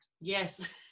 yes